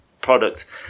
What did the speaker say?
product